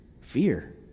Fear